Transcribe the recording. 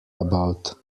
about